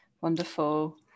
Wonderful